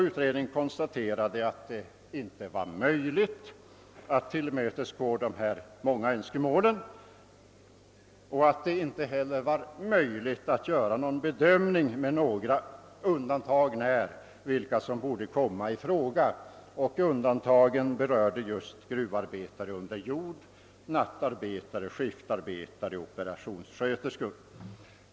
Utredningen konstaterar att det inte var möjligt att tillmötesgå dessa många önskemål och att det inte heller var möjligt att göra någon bedömning — med några undantag när — av vilka som borde komma i fråga. Undantagen utgjordes just av gruvarbetare under jord, nattarbetare, skiftarbetare och operationssköterskor.